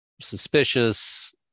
suspicious